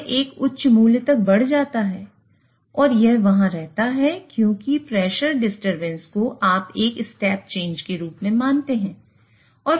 यह एक उच्च मूल्य तक बढ़ जाता है और यह वहाँ रहता है क्योंकि प्रेशर डिस्टरबेंस को आप एक स्टेप चेंज के रूप में मानते हैं